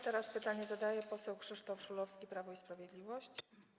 Teraz pytanie zadaje poseł Krzysztof Szulowski, Prawo i Sprawiedliwość.